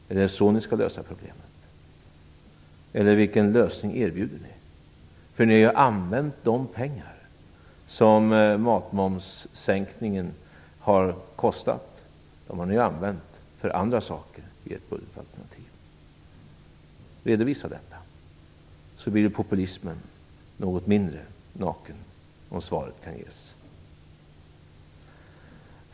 Är det så ni skall lösa problemet, eller vilken lösning erbjuder ni? Ni har ju använt de pengar som matmomssänkningen kostat för andra saker i ert budgetalternativ. Redovisa detta! Populismen blir något mindre naken om svaret kan ges.